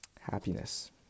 happiness